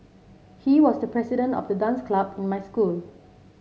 he was the president of the dance club in my school